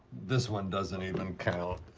this one doesn't even count.